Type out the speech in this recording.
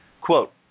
Quote